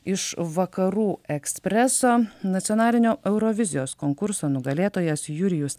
iš vakarų ekspreso nacionalinio eurovizijos konkurso nugalėtojas jurijus